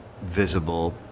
visible